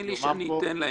תאמין לי שאני אתן להן.